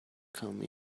come